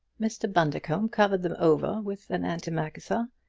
mr. bundercombe covered them over with an antimacassar.